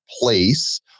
place